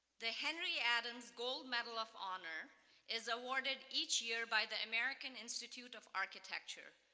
the henry adams gold medal of honor is awarded each year by the american institute of architecture.